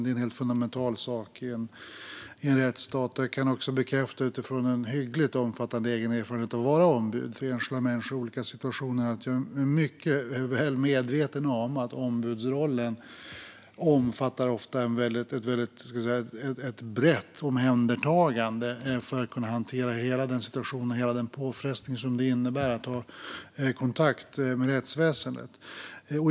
Det är en helt fundamental sak i en rättsstat. Utifrån en hyggligt omfattande egen erfarenhet av att vara ombud för enskilda människor i olika situationer kan jag också bekräfta att jag är mycket väl medveten om att ombudsrollen ofta omfattar ett brett omhändertagande, så att säga. Det handlar om att hantera hela den situation och påfrestning det innebär att vara i kontakt med rättsväsendet.